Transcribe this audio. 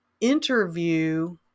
interview